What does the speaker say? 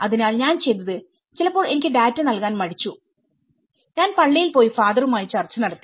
അതിനാൽ ഞാൻ ചെയ്തത് ചിലപ്പോൾ അവർ എനിക്ക് ഡാറ്റ നൽകാൻ മടിച്ചു ഞാൻ പള്ളിയിൽ പോയി ഫാദറുമായി ചർച്ച നടത്തി